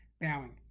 bowing